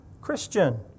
Christian